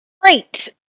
Great